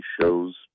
shows